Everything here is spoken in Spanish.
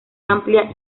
amplia